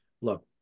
Look